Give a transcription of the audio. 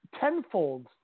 Tenfold